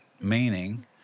meaning